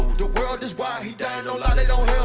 the world is wild, he dying don't lie, that don't